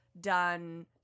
done